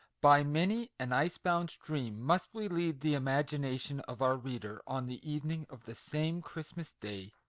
by many an ice-bound stream, must we lead the imagi nation of our reader on the evening of the same christmas day,